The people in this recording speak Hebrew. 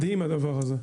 הדבר הזה מדהים.